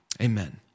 Amen